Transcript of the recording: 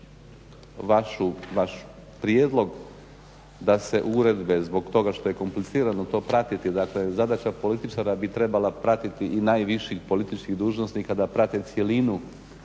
vaš prijedlog da se uredbe zbog toga što je komplicirano to pratiti, dakle zadaća političara bi trebala pratiti i najviših političkih dužnosnika da prate cjelinu.